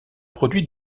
produit